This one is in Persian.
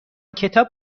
کتاب